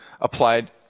applied